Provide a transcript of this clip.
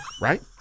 right